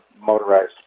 motorized